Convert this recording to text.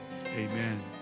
Amen